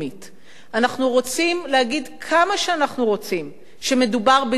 אנחנו יכולים להגיד כמה שאנחנו רוצים שמדובר בדיון פנימי,